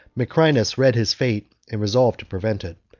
macrinus read his fate, and resolved to prevent it.